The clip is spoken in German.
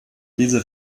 dieser